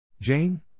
Jane